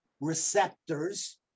receptors